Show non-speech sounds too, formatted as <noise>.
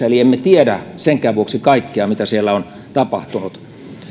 <unintelligible> eli emme tiedä senkään vuoksi kaikkea mitä siellä on tapahtunut